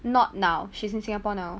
not now she's in singapore now